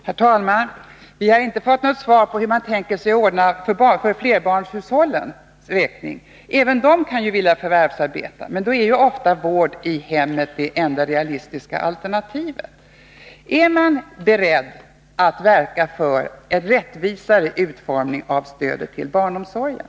Herr talman! Vi har inte fått något svar på frågan hur man tänkt sig att ordna det för flerbarnshushållens räkning. Även där kan man ju vilja förvärvsarbeta. Men för dem är ofta vård i hemmet det enda realistiska alternativet. Är man beredd att verka för en rättvisare utformning av stödet till barnomsorgen?